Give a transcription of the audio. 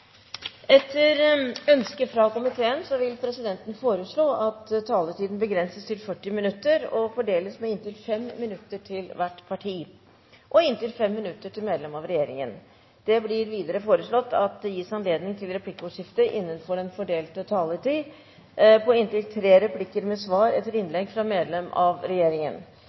Etter ønske fra finanskomiteen vil presidenten foreslå at taletiden begrenses til 40 minutter og fordeles med inntil 5 minutter til hvert parti og inntil 5 minutter til medlem av regjeringen. Videre vil presidenten foreslå at det gis anledning til replikkordskifte på inntil tre replikker med svar etter innlegg fra medlem av regjeringen